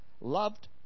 loved